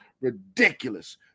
Ridiculous